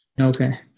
Okay